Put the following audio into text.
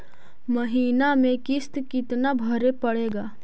महीने में किस्त कितना भरें पड़ेगा?